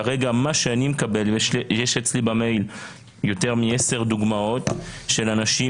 כרגע יש לי במייל יותר מעשר דוגמאות של אנשים